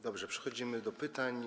Dobrze, przechodzimy do pytań.